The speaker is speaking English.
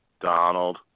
Donald